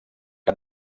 que